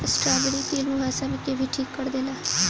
strawberry कील मुंहासा के भी ठीक कर देला